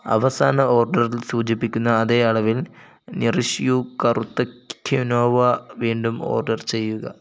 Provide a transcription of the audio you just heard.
അവസാന ഓർഡറിൽ സൂചിപ്പിക്കുന്ന അതേ അളവിൽ നറിഷ് യൂ കറുത്ത ക്വിനോവ വീണ്ടും ഓർഡർ ചെയ്യുക